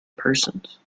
persons